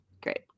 great